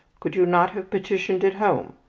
could you not have petitioned at home?